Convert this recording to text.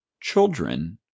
children